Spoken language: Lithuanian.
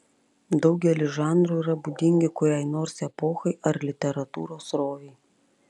daugelis žanrų yra būdingi kuriai nors epochai ar literatūros srovei